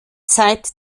zeit